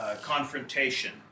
confrontation